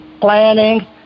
planning